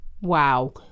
Wow